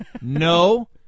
No